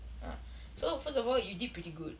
err so first of all you did pretty good